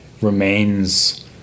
Remains